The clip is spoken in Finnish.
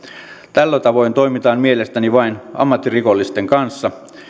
tällä tavoin toimitaan mielestäni vain ammattirikollisten kanssa